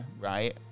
right